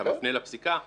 אתה מפנה לפסיקה?